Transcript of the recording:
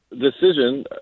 decision